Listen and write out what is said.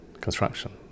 construction